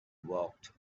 walked